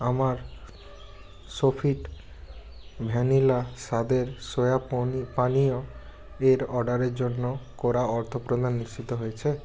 আমার Sofit vanilla স্বাদের soya পনী পানীয় এর অর্ডারের জন্য করা অর্থপ্রদান নিশ্চিত হয়েছে